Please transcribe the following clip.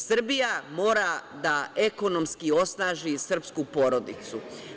Srbija mora da ekonomski osnaži srpsku porodicu.